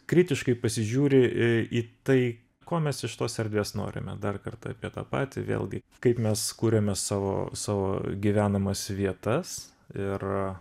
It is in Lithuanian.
kritiškai pasižiūri į tai ko mes iš tos erdvės norime dar kartą apie tą patį vėlgi kaip mes kuriame savo savo gyvenamas vietas ir